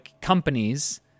companies